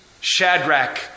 Shadrach